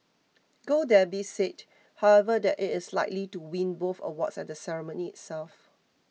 Gold Derby said however that it is likely to win both awards at the ceremony itself